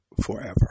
forever